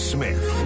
Smith